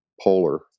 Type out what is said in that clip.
polar